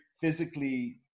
physically